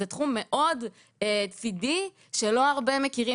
זה תחום מאוד צידי ולא הרבה יודעים